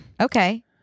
Okay